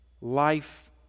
life